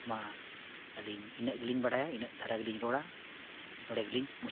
ᱢᱟ ᱟᱹᱞᱤᱧ ᱤᱱᱟᱹᱜ ᱜᱮᱞᱤᱧ ᱵᱟᱲᱟᱭᱟ ᱤᱱᱟᱹᱜ ᱫᱷᱟᱨᱟ ᱜᱮᱞᱤᱧ ᱨᱚᱲᱟ ᱱᱚᱰᱮ ᱜᱮᱞᱤᱧ